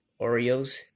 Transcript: Oreos